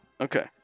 Okay